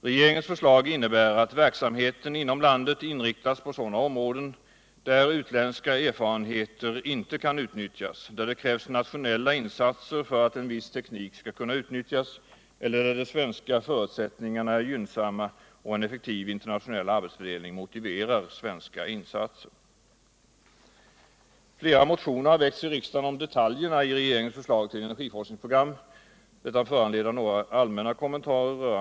Regeringens förslag innebär att verksamheten inom landet inriktas på sådana områden där utländska erfarenheter inte kan utnyttjas och där det krävs internationella insatser för att en viss teknik skall kunna utnyttjas eller där de svenska förutsättningarna är gynnsamma och en etfekuv internationell arbetsfördelning motiverar svenska insatser.